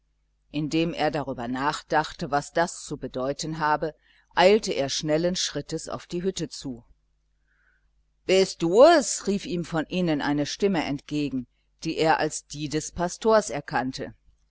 indem er darüber nachdachte was das zu bedeuten habe eilte er schnellen schrittes auf die hütte zu bist du es rief ihm von innen eine stimme entgegen die er als die des pastors erkannte